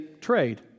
trade